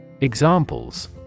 Examples